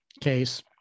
case